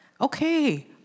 Okay